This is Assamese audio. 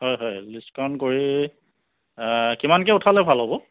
হয় হয় লিষ্টখন কৰি কিমানকে উঠালে ভাল হ'ব